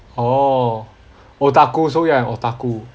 orh otaku so you're an otaku